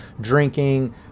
drinking